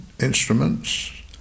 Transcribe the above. instruments